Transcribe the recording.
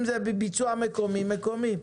אם זה בביצוע מקומי מקומי.